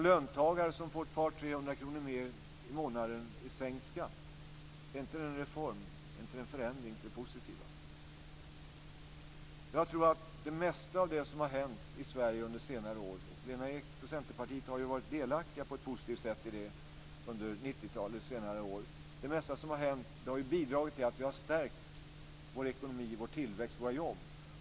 Är det inte en reform och en förändring till det positiva för de löntagare som får ett par eller trehundra kronor i månaden i sänkt skatt? Jag tror att det mesta av det som har hänt i Sverige under senare år - och Lena Ek och Centerpartiet har varit delaktiga på ett positivt sätt i det under 90-talets senare år - har bidragit till att vi har stärkt vår ekonomi, vår tillväxt och våra jobb.